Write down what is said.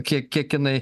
kiek kiek inai